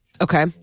okay